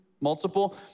multiple